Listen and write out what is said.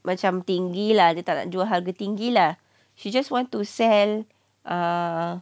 macam tinggi lah tak nak jual harga tinggi lah she just want to sell uh